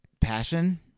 passion